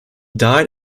died